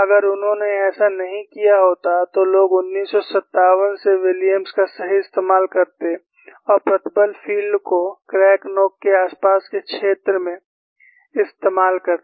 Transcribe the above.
अगर उन्होंने ऐसा नहीं किया होता तो लोग 1957 से विलियम्स का सही इस्तेमाल करते और प्रतिबल फील्ड को क्रैक नोक के आसपास के क्षेत्र में इस्तेमाल करते